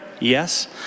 Yes